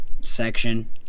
section